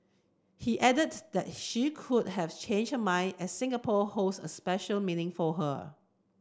he added that she could have changed her mind as Singapore holds a special meaning for her